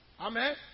Amen